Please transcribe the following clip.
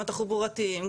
גם התחבורתיים,